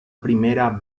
primera